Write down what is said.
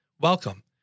Welcome